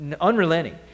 unrelenting